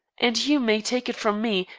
and you may take it from me,